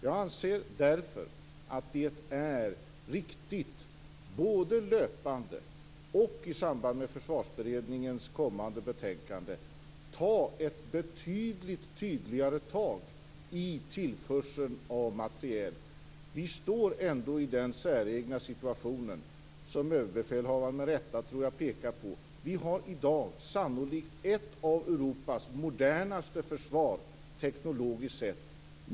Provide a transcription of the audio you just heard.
Jag anser därför att det är riktigt både löpande och i samband med Försvarsberedningens kommande betänkande att ta ett betydligt tydligare tag i tillförseln av materiel. Vi står ändå i den säregna situationen - som överbefälhavaren med rätta pekade på - att vi i dag har sannolikt ett av Europas modernaste försvar teknologiskt sett.